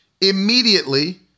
immediately